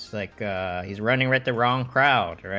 like he's running with the wrong crowd.